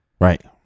Right